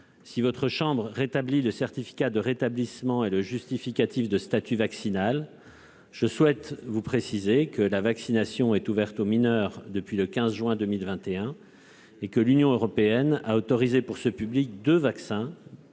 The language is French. réintroduire ou non le certificat de rétablissement et le justificatif de statut vaccinal, je précise que la vaccination est ouverte aux mineurs depuis le 15 juin 2021 et que l'Union européenne a autorisé, pour ce public, deux vaccins,